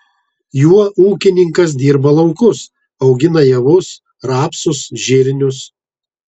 juo ūkininkas dirba laukus augina javus rapsus žirnius